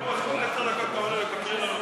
אתה כרוז, כל עשר דקות אתה עולה להודיע משהו?